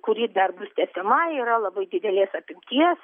kuri dar bus tęsiama yra labai didelės apimties